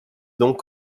donc